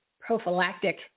prophylactic